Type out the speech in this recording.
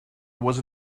was